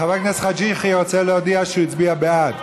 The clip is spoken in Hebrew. חבר הכנסת חאג' יחיא רוצה להודיע שהוא הצביע בעד.